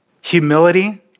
Humility